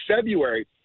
February